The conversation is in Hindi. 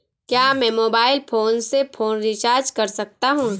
क्या मैं मोबाइल फोन से फोन रिचार्ज कर सकता हूं?